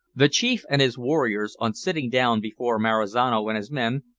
the chief and his warriors, on sitting down before marizano and his men,